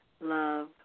Love